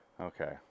Okay